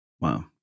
Wow